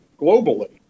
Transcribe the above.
globally